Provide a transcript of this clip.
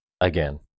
again